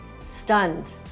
stunned